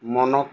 মনক